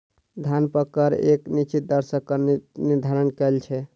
धन कर पर एक निश्चित दर सॅ कर निर्धारण कयल छै